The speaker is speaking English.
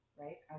right